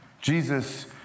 Jesus